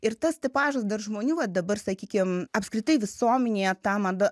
ir tas tipažas dar žmonių va dabar sakykim apskritai visuomenėje ta mada